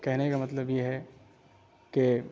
کہنے کا مطلب یہ ہے کہ